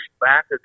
back